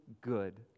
good